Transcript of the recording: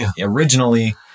originally